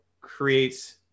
creates